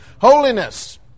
Holiness